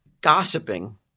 gossiping